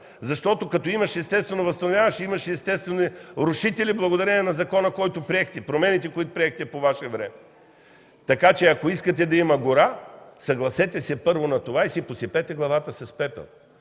защото като имаш естествено възстановяване, ще имаш и естествени рушители, благодарение на закона, който приехте, промените, които приехте по Ваше време. Така че ако искате да има гора, съгласете се първо на това и си посипете главата с пепел,